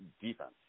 defense